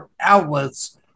outlets